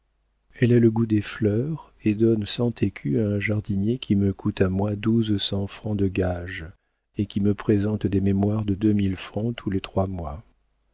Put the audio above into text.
elle a le goût des fleurs et donne cent écus à un jardinier qui me coûte à moi douze cents francs de gages et qui me présente des mémoires de deux mille francs tous les trois mois